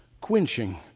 quenching